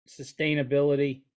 sustainability